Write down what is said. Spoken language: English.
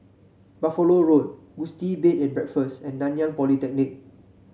Buffalo Road Gusti Bed and Breakfast and Nanyang Polytechnic